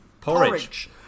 Porridge